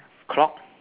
clock